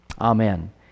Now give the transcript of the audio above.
Amen